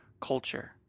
culture